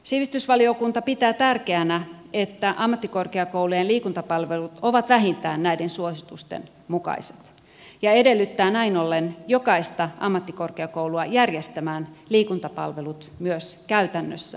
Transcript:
sivistysvaliokunta pitää tärkeänä että ammattikorkeakoulujen liikuntapalvelut ovat vähintään näiden suositusten mukaiset ja edellyttää näin ollen jokaista ammattikorkeakoulua järjestämään liikuntapalvelut myös käytännössä toimiviksi